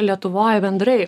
lietuvoj bendrai